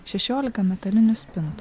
šešiolika metalinių spintų